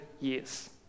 years